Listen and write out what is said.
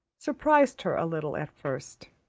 surprised her a little at first.